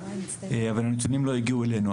אבל הנתונים לא הגיעו אלינו.